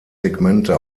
segmente